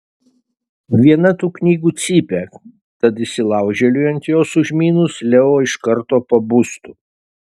viena tų knygų cypia tad įsilaužėliui ant jos užmynus leo iš karto pabustų